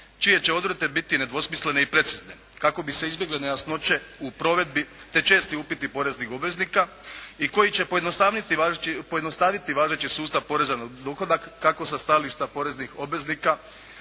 čije će odredbe biti nedvosmislene i precizne, kako bi se izbjegle nejasnoće u provedbi te česti upiti poreznih obveznika i koji će pojednostaviti važeći sustav poreza na dohodak kako sa stajališta poreznih obveznika